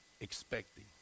expecting